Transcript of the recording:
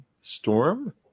Storm